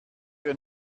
eure